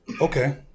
Okay